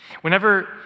Whenever